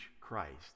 Christ